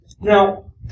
Now